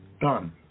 done